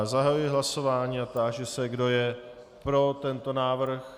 Zahajuji hlasování a táži se, kdo je pro tento návrh.